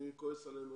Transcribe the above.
אני מאוד כועס עליהם,